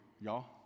y'all